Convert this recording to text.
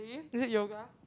is it yoga